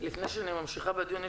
לפני שאני ממשיכה בדיון,